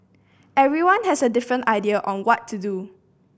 everyone has a different idea on what to do